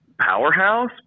powerhouse